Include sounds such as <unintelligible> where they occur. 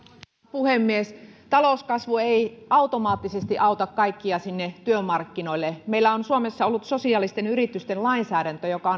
puhemies talouskasvu ei automaattisesti auta kaikkia sinne työmarkkinoille meillä on suomessa ollut sosiaalisten yritysten lainsäädäntö joka <unintelligible>